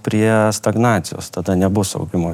prie stagnacijos tada nebus augimo